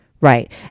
Right